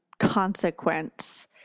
consequence